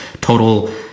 total